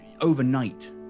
overnight